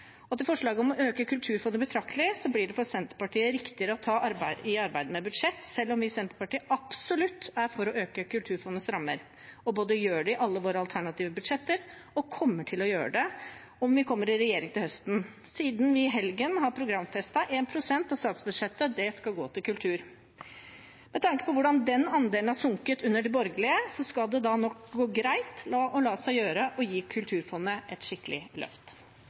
Til forslaget om å øke Kulturfondet betraktelig: Det blir riktigere for Senterpartiet å ta det i forbindelse med arbeidet med budsjett, selv om vi absolutt er for å øke Kulturfondets rammer. Vi gjør det i alle våre alternative budsjetter og kommer til å gjøre det om vi kommer i regjering til høsten, siden vi i helgen programfestet at 1 pst. av statsbudsjettet skal gå til kultur. Med tanke på hvordan den andelen har sunket under de borgerlige, skal det nok gå greit og la seg gjøre å gi Kulturfondet et skikkelig løft.